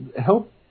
help